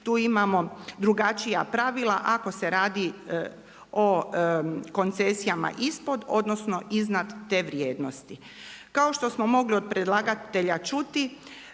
tu imamo drugačija pravila. Ako se radi o koncesijama ispod, odnosno iznad te vrijednosti. Kao što smo mogli od predlagatelja čuti